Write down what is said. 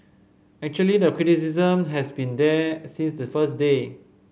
actually the criticism has been there since the first day